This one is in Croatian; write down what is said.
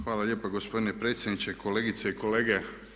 Hvala lijepa gospodine predsjedniče, kolegice i kolege.